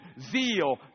zeal